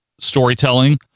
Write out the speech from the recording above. storytelling